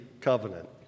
covenant